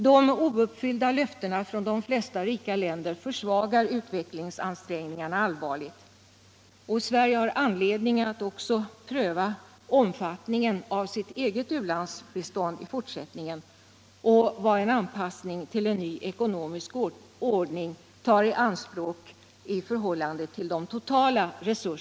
De ouppfyllda löftena från de flesta andra rika länderna försvagar utvecklingsansträngningarna allvarligt. Men Sverige har också anledning att I fortsättningen pröva omfattningen av sitt ulandsbistånd i förhållande till de resurser som kommer att tas i anspråk vid en anpassning till en ny ekonomisk ordning.